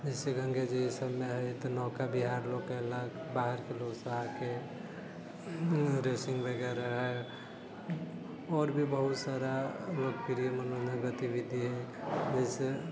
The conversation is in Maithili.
जाहिसे गङ्गेजी सभमे है तऽ नौका विहार लोक केलक बाहरके लोक सभ आकऽ रेसिंग वगैरह है आओर भी बहुत सारा लोकप्रिय मनोरञ्जन गतिविधि है जाहिसे